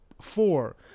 four